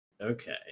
Okay